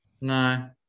No